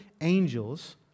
angels